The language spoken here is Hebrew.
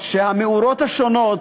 שהמאורות השונות,